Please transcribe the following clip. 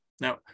now